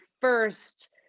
first